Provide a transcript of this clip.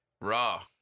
Raw